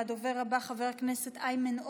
הדובר הבא, חבר הכנסת איימן עודה,